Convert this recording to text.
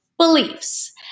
Beliefs